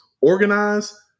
organize